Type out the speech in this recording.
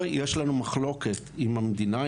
פה יש לנו מחלוקת עם המדינה,